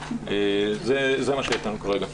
זה מה שיש לנו כרגע.